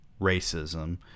racism